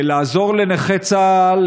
לעזור לנכי צה"ל,